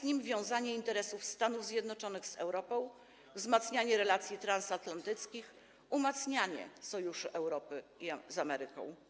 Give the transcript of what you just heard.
czyli wiązanie interesów Stanów Zjednoczonych z Europą, wzmacnianie relacji transatlantyckich, umacnianie sojuszu Europy z Ameryką.